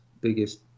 biggest